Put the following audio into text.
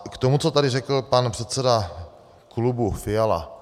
K tomu, co tady řekl pan předseda klubu Fiala.